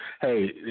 Hey